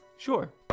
Sure